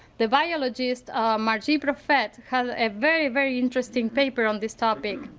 the biologist margie profet had a very, very interesting paper on this topic.